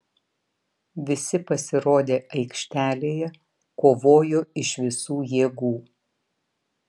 visi pasirodę aikštelėje kovojo iš visų jėgų